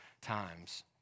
times